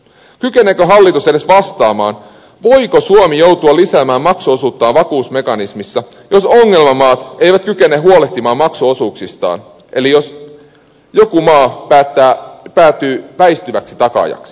kykeneekö hallitus edes vastaamaan voiko suomi joutua lisäämään maksuosuuttaan vakuusmekanismissa jos ongelmamaat eivät kykene huolehtimaan maksuosuuksistaan eli jos joku maa päätyy väistyväksi takaajaksi